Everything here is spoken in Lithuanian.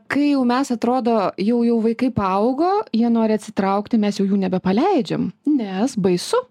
kai jau mes atrodo jau jau vaikai paaugo jie nori atsitraukti mes jau jų nebepaleidžiam nes baisu